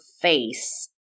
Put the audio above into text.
face